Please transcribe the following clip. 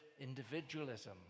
individualism